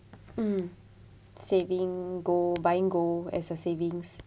mm saving gold buying gold as a savings